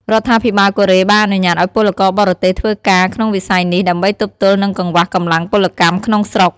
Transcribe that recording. រដ្ឋាភិបាលកូរ៉េបានអនុញ្ញាតឱ្យពលករបរទេសធ្វើការក្នុងវិស័យនេះ ដើម្បីទប់ទល់នឹងកង្វះកម្លាំងពលកម្មក្នុងស្រុក ។